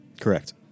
Correct